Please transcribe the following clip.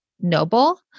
noble